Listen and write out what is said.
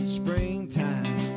springtime